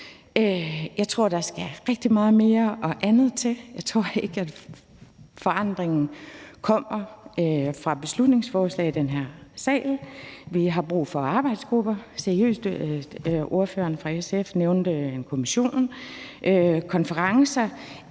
Jeg tror, der skal rigtig meget mere og andet til. Jeg tror ikke, at forandringen kommer fra et beslutningsforslag i den her sal. Vi har brug for arbejdsgrupper, ordføreren fra SF nævnte kommissionen, konferencer